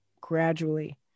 gradually